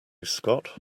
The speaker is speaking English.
scott